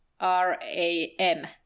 R-A-M